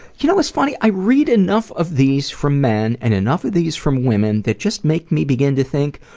you know, what's funny? i read enough of these from men and enough of these from women that just make me begin to think,